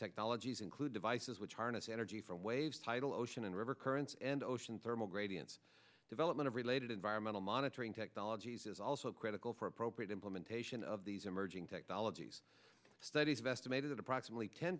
technologies include devices which harness energy from waves title ocean and river currents and ocean thermal gradients development of related environmental monitoring technologies is also critical for appropriate implementation of these emerging technologies studies estimated at approximately ten